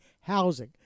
housing